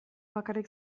bakarrik